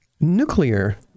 Nuclear